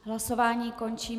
Hlasování končím.